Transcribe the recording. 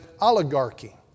oligarchy